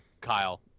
kyle